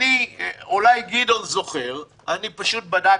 אולי גדעון זוכר, אני פשוט בדקתי.